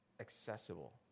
accessible